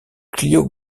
clio